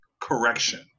correction